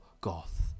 goth